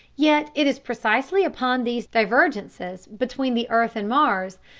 yet it is precisely upon these divergences between the earth and mars,